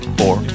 four